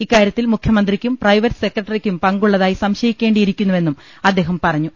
ഇക്കാര്യത്തിൽ മുഖ്യമന്ത്രിയ്ക്കും പ്രൈവറ്റ് സെക്രട്ടറിയ്ക്കും പങ്കുള്ളതായി സംശയിക്കേണ്ടിയിരി ക്കുന്നുവെന്നും അദ്ദേഹം പറഞ്ഞു